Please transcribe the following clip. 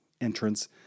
entrance